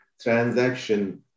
transaction